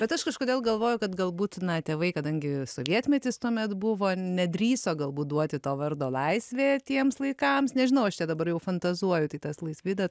bet aš kažkodėl galvoju kad galbūt na tėvai kadangi sovietmetis tuomet buvo nedrįso galbūt duoti to vardo laisvė tiems laikams nežinau aš čia dabar jau fantazuoju tai tas laisvida